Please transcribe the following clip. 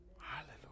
Hallelujah